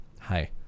Hi